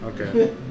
Okay